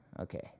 Okay